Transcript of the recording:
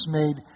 made